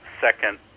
second